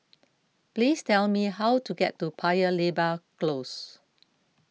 please tell me how to get to Paya Lebar Close